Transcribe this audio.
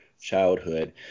childhood